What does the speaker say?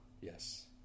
Yes